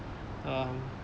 err